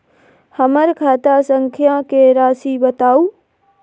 हमर खाता संख्या के राशि बताउ